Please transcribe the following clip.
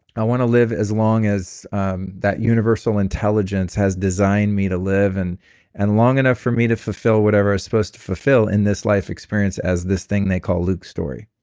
i want to live as long as um that universal intelligence has designed me to live and and long enough for me to fulfill supposed to fulfill in this life experience as this thing they call luke's storey